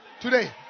Today